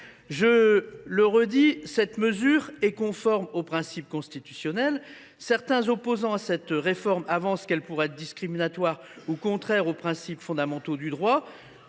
Je le redis, cette mesure est conforme aux principes constitutionnels. Certains opposants à cette réforme avancent qu’elle pourrait être discriminatoire ou contraire aux principes fondamentaux du droit.